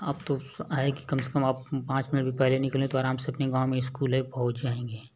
अब तो हाई की कम से कम अब पाँच मिनट भी पहले भी निकले तो आराम से अपने गाँव में स्कूल है पहुँच जाएंगे